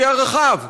לפי ערכיו,